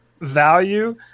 value